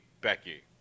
Becky